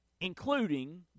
including